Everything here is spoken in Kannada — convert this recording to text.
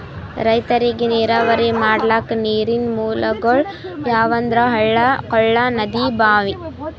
ರೈತರಿಗ್ ನೀರಾವರಿ ಮಾಡ್ಲಕ್ಕ ನೀರಿನ್ ಮೂಲಗೊಳ್ ಯಾವಂದ್ರ ಹಳ್ಳ ಕೊಳ್ಳ ನದಿ ಭಾಂವಿ